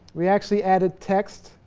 we actually added text.